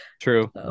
true